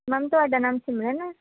ma'am ਤੁਹਾਡਾ ਨਾਮ ਸਿਮਰਨ ਹੈ